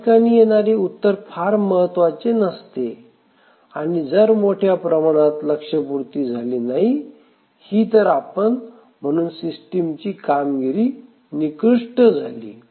याठिकाणी येणारे उत्तर फार महत्त्वाचे नसते आणि जर मोठ्या प्रमाणात लक्ष्यपूर्ती झाली नाही ही तर आपण म्हणू सिस्टीमची कामगिरी निकृष्ट झाली